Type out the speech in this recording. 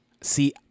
See